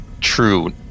true